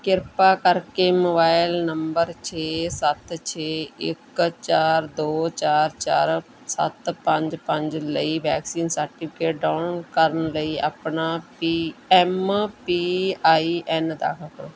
ਕਿਰਪਾ ਕਰਕੇ mobile number ਛੇ ਸੱਤ ਛੇ ਇੱਕ ਚਾਰ ਦੋ ਚਾਰ ਚਾਰ ਸੱਤ ਪੰਜ ਪੰਜ ਲਈ ਵੈਕਸੀਨ ਸਰਟੀਫਿਕੇਟ ਡਾਊਨਲੋਡ ਕਰਨ ਲਈ ਆਪਣਾ P M P I N ਦਾਖਲ ਕਰੋ